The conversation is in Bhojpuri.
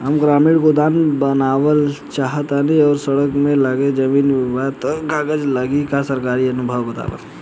हम ग्रामीण गोदाम बनावल चाहतानी और सड़क से लगले जमीन बा त का कागज लागी आ सरकारी अनुदान बा का?